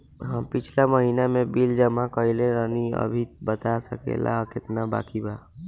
हम पिछला महीना में बिल जमा कइले रनि अभी बता सकेला केतना बाकि बा?